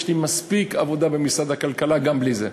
יש לי מספיק עבודה במשרד הכלכלה גם בלי זה.